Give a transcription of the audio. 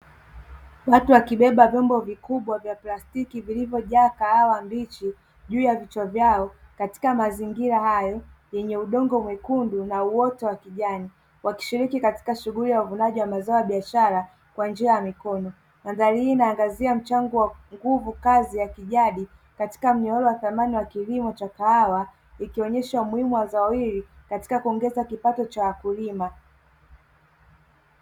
Watu wakibeba vyombo vikubwa vya plastiki vilivyojaa kahawa mbichi juu ya vichwa vyao katika mazingira hayo yenye udongo mwekundu na uoto wa kijani wakishiriki katika shughuli ya uvunaji wa mazao ya biashara kwa njia ya mikono, nadhali hii inaangazia mchango wa nguvu kazi ya kijadi katika mnyororo wa thamani wa kilimo cha kahawa ikionyesha umuhimu wa zao hili katika kuongeza kipato cha wakulima.